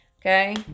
Okay